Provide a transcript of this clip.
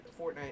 Fortnite